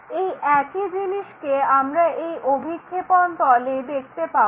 এই একই জিনিসকে আমরা এই অভিক্ষেপণ তলে দেখতে পাব